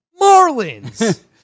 Marlins